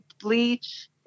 bleach